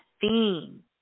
theme